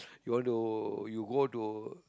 you all do you go to